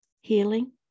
healing